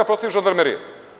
Protiv žandarmerije.